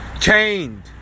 chained